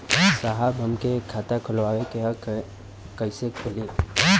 साहब हमके एक खाता खोलवावे के ह कईसे खुली?